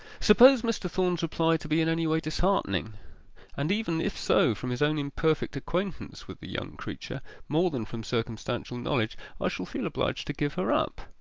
suppose mr. thorn's reply to be in any way disheartening and even if so from his own imperfect acquaintance with the young creature more than from circumstantial knowledge i shall feel obliged to give her up.